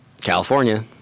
California